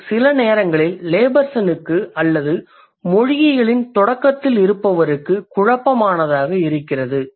இது சில நேரங்களில் லேபர்சனுக்கு அல்லது மொழியியலின் தொடக்கத்தில் இருப்பவருக்குக் குழப்பமானதாக இருக்கிறது